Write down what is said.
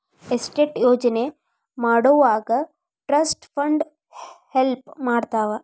estate ಯೋಜನೆ ಮಾಡೊವಾಗ trust fund help ಮಾಡ್ತವಾ